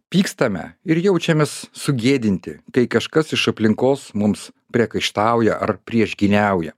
pykstame ir jaučiamės sugėdinti kai kažkas iš aplinkos mums priekaištauja ar priešgyniauja